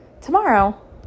tomorrow